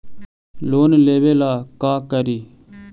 Loan लेबे ला का करि?